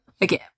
Again